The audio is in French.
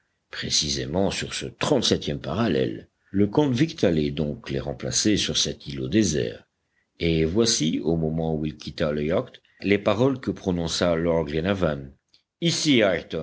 précisément sur ce trente-septième parallèle le convict allait donc les remplacer sur cet îlot désert et voici au moment où il quitta le yacht les paroles que prononça lord glenarvan ici